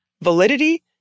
validity